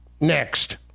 Next